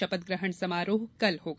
शपथ ग्रहण समारोह कल होगा